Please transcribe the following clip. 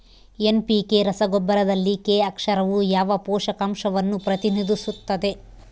NPK ರಸಗೊಬ್ಬರದಲ್ಲಿ K ಅಕ್ಷರವು ಯಾವ ಪೋಷಕಾಂಶವನ್ನು ಪ್ರತಿನಿಧಿಸುತ್ತದೆ?